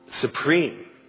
supreme